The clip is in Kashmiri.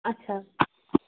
اَچھا